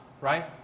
right